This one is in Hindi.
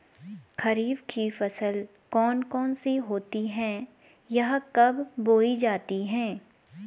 खरीफ की फसल कौन कौन सी होती हैं यह कब बोई जाती हैं?